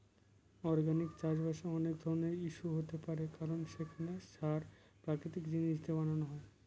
organic চাষবাসের অনেক ধরনের ইস্যু হতে পারে কারণ সেখানে সার প্রাকৃতিক জিনিস দিয়ে বানানো হয়